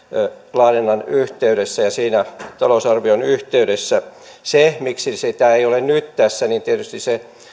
laadinnan yhteydessä ja siinä talousarvion yhteydessä se miksi sitä ei ole nyt tässä tietysti